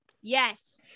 Yes